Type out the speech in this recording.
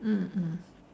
mm mm